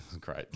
great